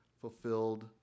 fulfilled